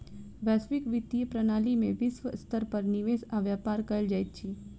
वैश्विक वित्तीय प्रणाली में विश्व स्तर पर निवेश आ व्यापार कयल जाइत अछि